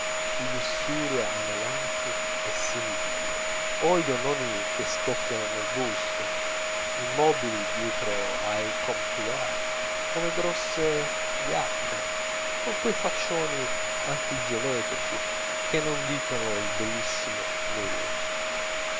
di lussuria anelanti e semivive o i donnoni che scoppian nel busto immobili dietro ai comptoirs come grosse gatte con quei faccioni antigeometrici che non dicono il bellissimo nulla